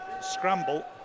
scramble